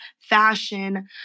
fashion